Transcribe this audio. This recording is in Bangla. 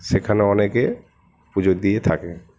সেখানে অনেকে পুজো দিয়ে থাকে